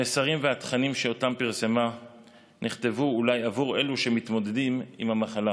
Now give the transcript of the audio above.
המסרים והתכנים שאותם פרסמה נכתבו אולי בעבור אלו שמתמודדים עם המחלה,